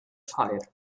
fire